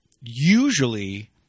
usually